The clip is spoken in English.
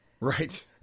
Right